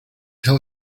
tell